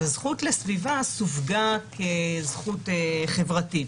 אז הזכות לסביבה סווגה כזכות חברתית.